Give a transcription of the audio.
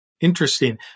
Interesting